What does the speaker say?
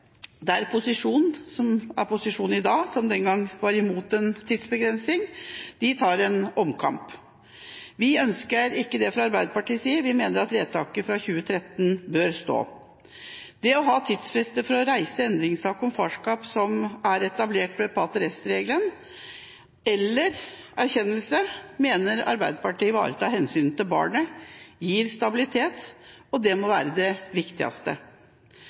der posisjonen i dag, som den gang var imot en tidsbegrensning, tar en omkamp. Vi ønsker ikke det fra Arbeiderpartiets side. Vi mener at vedtaket fra 2013 bør stå. Det å ha tidsfrister for å reise endringssak om farskap som er etablert ved pater est-regelen eller erkjennelse, mener Arbeiderpartiet ivaretar hensynet til barnet og gir stabilitet. Det må være det viktigste.